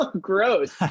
Gross